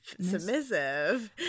submissive